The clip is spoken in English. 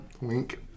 Wink